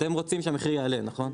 אתם רוצים שהמחיר יעלה נכון?